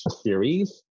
series